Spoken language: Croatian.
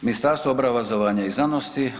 Ministarstvo obrazovanja i znanosti.